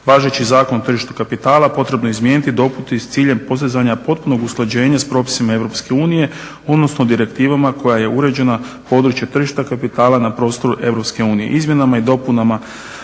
Važeći Zakon o tržištu kapitala potrebno je izmijeniti i dopuniti s ciljem postizanja potpunog usklađenja s propisima EU odnosno direktivama koje je uređeno područje tržišta kapitala na prostoru EU.